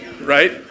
Right